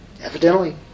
evidently